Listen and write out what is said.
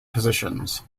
positions